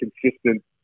consistent